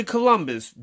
Columbus